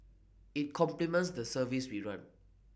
IT complements the service we run